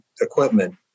equipment